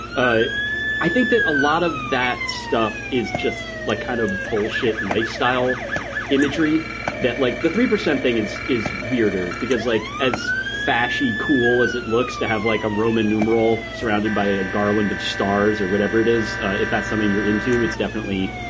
i i think that a lot of that stuff is just like kind of bullshit lifestyle imagery that like the three percent thing is is weirder because like as flashy, cool as it looks to have like a roman numeral surrounded by a garland of stars or whatever it is. if that's something you're into, it's definitely,